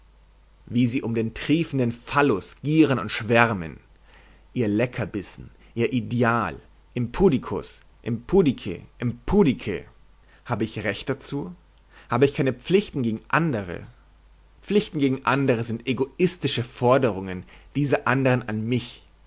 wie sie um den triefenden phallus gieren und schwärmen ihr leckerbissen ihr ideal impudicus impudice impudice habe ich recht dazu habe ich keine pflichten gegen andere pflichten gegen andere sind egoistische forderungen dieser andern an mich